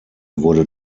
wurde